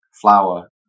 flower